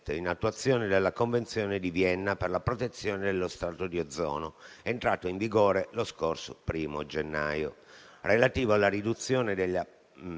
in attuazione della Convenzione di Vienna per la protezione dello strato di ozono, entrato in vigore lo scorso 1° gennaio,